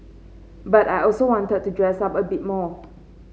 but I also wanted to dress up a bit more